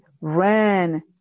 ran